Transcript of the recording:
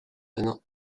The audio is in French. que